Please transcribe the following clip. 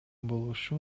болушу